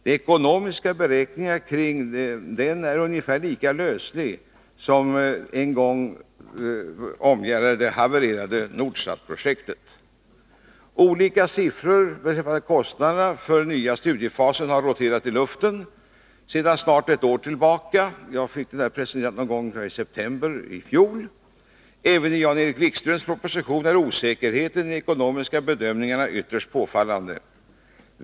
De ekonomiska beräkningarna beträffande denna är ungefär lika lösliga som de beräkningar som en gång omgärdade det havererade Nordsatprojektet. Olika siffror beträffande kostnaderna för den nya studiefasen cirkulerar sedan snart ett år tillbaka. Jag tror att det var i september i fjol som de presenterades för mig. Även i Jan-Erik Wikströms proposition är osäkerheten i de ekonomiska bedömningarna ytterst påfallande.